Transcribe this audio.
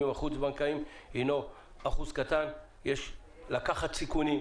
החוץ- בנקאיים הינו אחוז קטן ויש לקחת סיכונים,